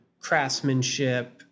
craftsmanship